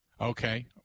Okay